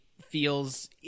feels